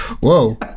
Whoa